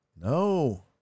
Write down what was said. No